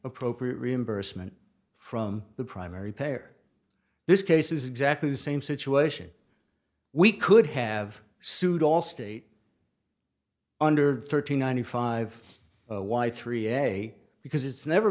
appropriate reimbursement from the primary payer this case is exactly the same situation we could have sued all state under thirteen ninety five why three a because it's never